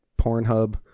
Pornhub